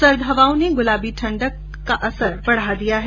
सर्द हवाओं ने गुलाबी ठंड का असर बढ़ा दिया है